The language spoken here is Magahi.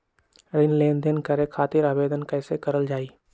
ऋण लेनदेन करे खातीर आवेदन कइसे करल जाई?